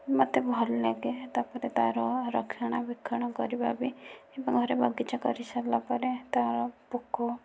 ମୋତେ ଭଲ ଲାଗେ ତାପରେ ତାର ରକ୍ଷଣା ବେକ୍ଷଣ କରିବା ବି ମୋର ବଗିଚା କରିସାରିଲା ପରେ ତାର ପୋକ